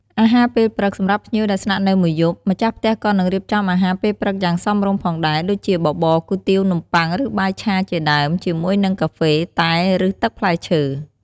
អាហារពេលព្រឹក សម្រាប់ភ្ញៀវដែលស្នាក់នៅមួយយប់ ម្ចាស់ផ្ទះក៏នឹងរៀបចំអាហារពេលព្រឹកយ៉ាងសមរម្យផងដែរ ដូចជាបបរ គុយទាវ នំប៉័ង ឬបាយឆាជាដើម ជាមួយនឹងកាហ្វេ តែ ឬទឹកផ្លែឈើ។